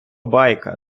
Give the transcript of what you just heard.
байка